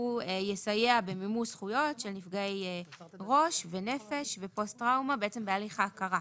והוא יסייע במימוש זכויות של נפגעי ראש ונפש ופוסט טראומה בהליך ההכרה.